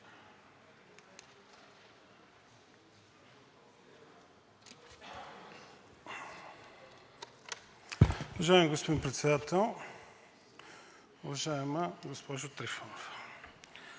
Уважаеми господин Председател, уважаема госпожо Трифонова!